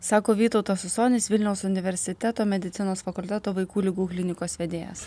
sako vytautas usonis vilniaus universiteto medicinos fakulteto vaikų ligų klinikos vedėjas